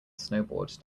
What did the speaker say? snowboard